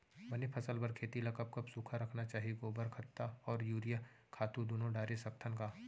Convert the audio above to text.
बने फसल बर खेती ल कब कब सूखा रखना चाही, गोबर खत्ता और यूरिया खातू दूनो डारे सकथन का?